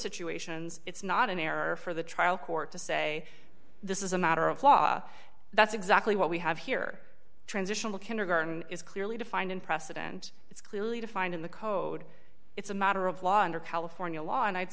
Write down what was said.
situations it's not an error for the trial court to say this is a matter of law that's exactly what we have here transitional kindergarten is clearly defined in precedent it's clearly defined in the code it's a matter of law under california law and i